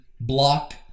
block